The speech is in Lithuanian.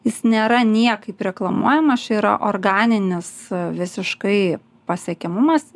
jis nėra niekaip reklamuojamas čia yra organinis visiškai pasiekiamumas